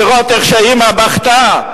לראות איך אמא בוכה.